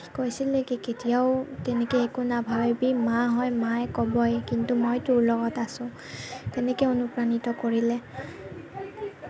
সি কৈছিলে কি কেতিয়াও কেনেকে একো নাভাবিবি মা হয় মায়ে কবই কিন্তু মই তোৰ লগত আছোঁ এনেকে অনুপ্ৰাণিত কৰিলে